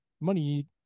money